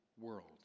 world